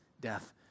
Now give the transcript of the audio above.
death